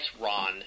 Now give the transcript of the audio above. RON